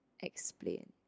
Explain